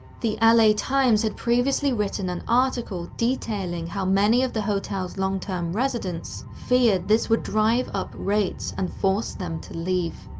the ah la times had previously written an article detailing how many of the hotel's long-term residents feared this would drive up rates and force them to leave.